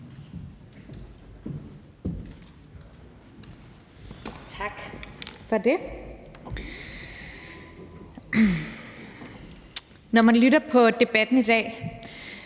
Tak for det. Når jeg lytter til debatten i dag,